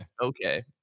Okay